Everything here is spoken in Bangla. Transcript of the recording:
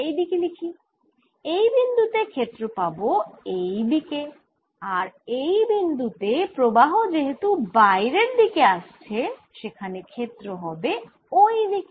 এইদিকে লিখি এই বিন্দু তে ক্ষেত্র পাবো এই দিকে আর এই বিন্দু তে প্রবাহ যেহেতু বাইরের দিকে আসছে সেখানে ক্ষেত্র হবে ওই দিকে